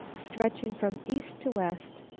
stretching from east to west,